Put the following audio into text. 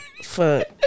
Fuck